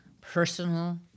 personal